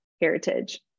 heritage